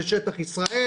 זה שטח ישראל,